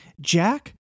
Jack